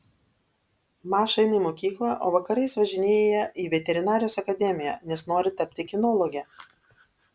maša eina į mokyklą o vakarais važinėja į veterinarijos akademiją nes nori tapti kinologe